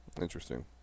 Interesting